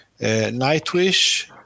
Nightwish